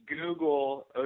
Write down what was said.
Google